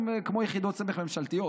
הם כמו יחידות סמך ממשלתיות.